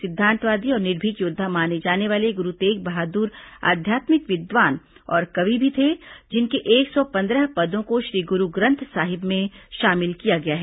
सिद्धांतवादी और निर्भीक योद्धा माने जाने वाले गुरु तेगबहादुर आध्यात्मिक विद्वान और कवि भी थे जिनके एक सौ पंद्रह पदों को श्री गुरु ग्रंथ साहिब में शामिल किया गया है